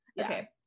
Okay